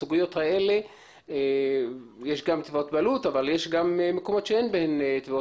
פשוט, האמון נפגע